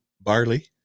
barley